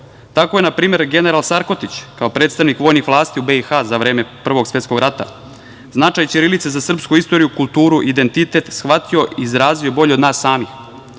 Tako je na primer general Sarkotić kao predstavnik vojnih vlasti u BiH za vreme Prvog svetskog rata značaj ćirilice za srpsku istoriju, kulturu, identitet, shvatio i izrazio bolje od nas samih.